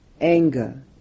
anger